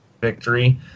victory